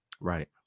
Right